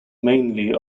mainly